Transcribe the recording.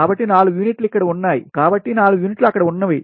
కాబట్టి 4 యూనిట్లు అక్కడ ఉన్నవి